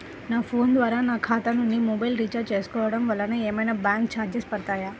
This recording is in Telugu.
నా ఫోన్ ద్వారా నా ఖాతా నుండి మొబైల్ రీఛార్జ్ చేసుకోవటం వలన ఏమైనా బ్యాంకు చార్జెస్ పడతాయా?